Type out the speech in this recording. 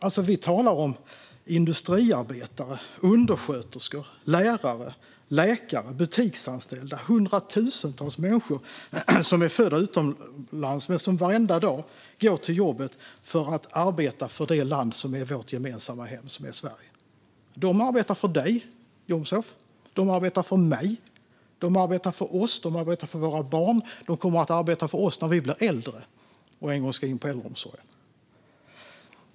Alltså, vi talar om industriarbetare, undersköterskor, lärare, läkare och butiksanställda - hundratusentals människor som är födda utomlands men som varenda dag går till jobbet för att arbeta för det land som är vårt gemensamma hem - Sverige. De arbetar för dig, Jomshof, de arbetar för mig, de arbetar för oss, de arbetar för våra barn och de kommer att arbeta för oss när vi blir äldre och en dag ska in i äldreomsorgen.